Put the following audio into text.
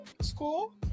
school